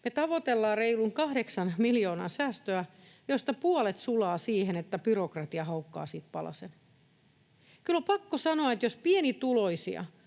Me tavoitellaan reilun kahdeksan miljoonan säästöä, josta puolet sulaa siihen, että byrokratia haukkaa siitä palasen. Kyllä on pakko sanoa, että jos pienituloisia